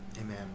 Amen